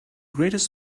greatest